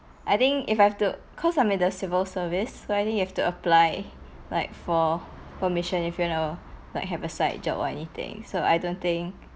I think if I have to cause I'm in the civil service so I think you have to apply like for permission if you know like have a side job or anything so I don't think